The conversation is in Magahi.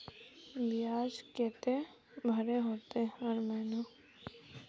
बियाज केते भरे होते हर महीना?